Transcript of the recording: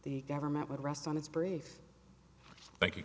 the government would rest on its brief thank you